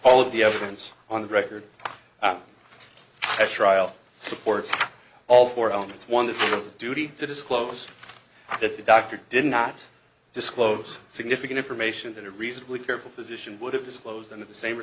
all of the evidence on the record at trial supports all four elements one that has a duty to disclose that the doctor did not disclose significant information that a reasonably careful physician would have disclosed in the same or